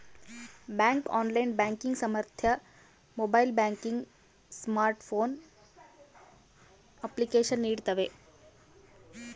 bank online banking ಸಾಮರ್ಥ್ಯ mobile banking smartphone application ನೀಡ್ತವೆ